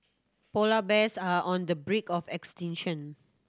polar bears are on the brink of extinction